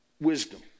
wisdom